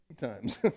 times